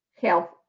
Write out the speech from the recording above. health